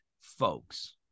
folks